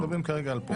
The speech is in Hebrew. מדברים כרגע על פה.